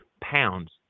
pounds